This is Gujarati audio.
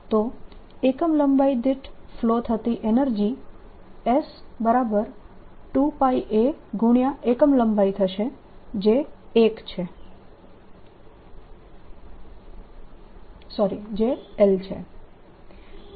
તો એકમ લંબાઈ દીઠ ફ્લો થતી એનર્જી S2 π a ગુણ્યા એકમ લંબાઈ થશે જે 1 છે